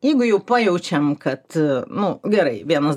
jeigu jau pajaučiam kad nu gerai vienas